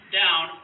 down